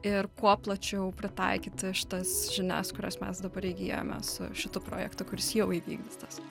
ir kuo plačiau pritaikyti šitas žinias kurias mes dabar įgyjame su šitu projektu kuris jau įvykdytas